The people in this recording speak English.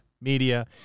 media